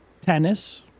tennis